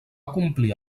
complir